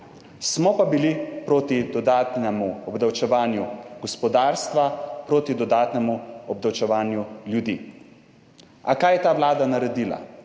Smo pa bili proti dodatnemu obdavčevanju gospodarstva, proti dodatnemu obdavčevanju ljudi. A kaj je ta Vlada naredila?